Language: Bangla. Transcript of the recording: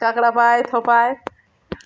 কাকড় পায় থোপায়